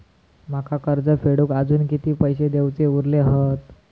माका कर्ज फेडूक आजुन किती पैशे देऊचे उरले हत?